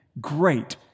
great